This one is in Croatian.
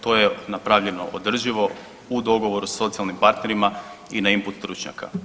To je napravljeno održivo u dogovoru sa socijalnim partnerima i na input stručnjaka.